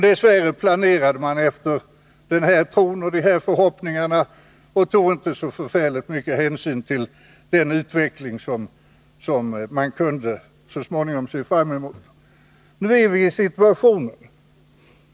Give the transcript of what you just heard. Dess värre planerade man utifrån den tron och den förhoppningen och tog inte så förfärligt mycket hänsyn till den utveckling som man så småningom kunde se fram emot. Nu är vi i en helt annan situation.